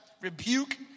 rebuke